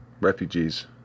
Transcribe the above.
refugees